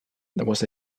was